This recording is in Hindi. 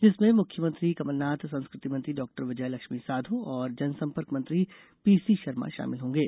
जिसमें मुख्यमंत्री कमलनाथ संस्कृति मंत्री डॉक्टर विजयलक्ष्मी साधौ और जनसम्पर्क मंत्री पीसी शर्मा शामिल होंगे